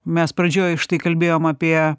mes pradžioj štai kalbėjom apie